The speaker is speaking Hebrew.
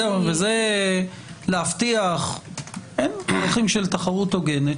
זה להבטיח ערכים של תחרות הוגנת,